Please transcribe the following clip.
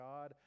God